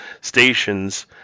stations